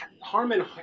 Harmon